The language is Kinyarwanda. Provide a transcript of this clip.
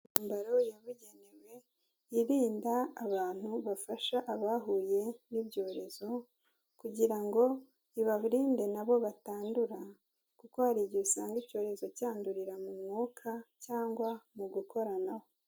Irinda abantu bafasha abahuye n'ibyorezo kugira ngo ibaburinde nabo batandura, kuko hari igihe usanga icyorezo cyandurira mu mwuka cyangwa mu gukoranaho.